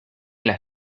las